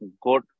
good